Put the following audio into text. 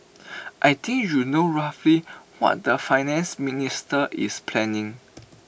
I think you know roughly what the Finance Minister is planning